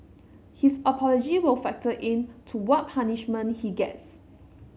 his apology will factor in to what punishment he gets